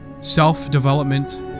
self-development